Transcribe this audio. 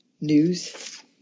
news